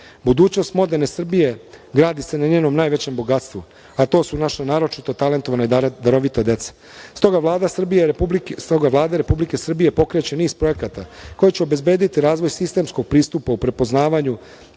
predmet. Budućnost moderne Srbije gradi se na njenom najvećem bogatstvu, a to su naša naročito talentovana i darovita deca. Stoga Vlada Republike Srbije pokreće niz projekata koji će obezbediti razvoj sistemskog pristupa u prepoznavanju